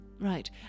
Right